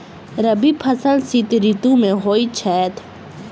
रबी फसल शीत ऋतु मे होए छैथ?